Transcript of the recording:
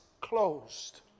closed